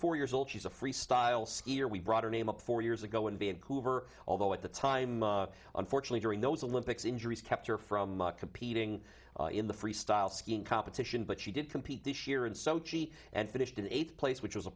four years old she's a freestyle skier we brought her name up four years ago in vancouver although at the time unfortunately during those a lympics injuries kept her from competing in the freestyle skiing competition but she did compete this year in sochi and finished in eighth place which was a